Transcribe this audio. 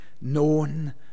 known